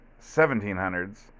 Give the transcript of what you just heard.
1700s